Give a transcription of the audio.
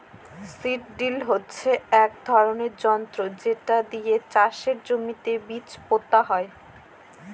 seed drill হচ্ছে এক ধরনের যন্ত্র যেটা দিয়ে চাষের জমিতে বীজ পোতা হয়